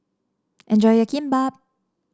enjoy your Kimbap